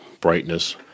brightness